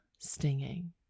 stinging